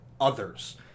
others